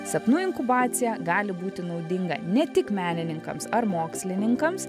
sapnų inkubacija gali būti naudinga ne tik menininkams ar mokslininkams